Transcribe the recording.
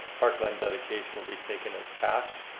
park land dedication will be taken as cash.